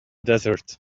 desert